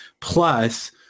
Plus